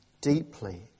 deeply